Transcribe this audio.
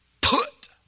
put